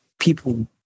people